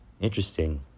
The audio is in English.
interesting